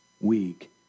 weak